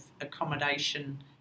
accommodation